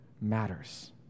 matters